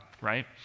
right